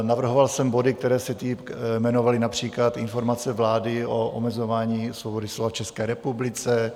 Navrhoval jsem body, které se jmenovaly například Informace vlády o omezování svobody slova v České republice.